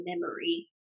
memory